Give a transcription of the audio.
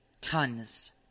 Tons